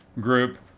group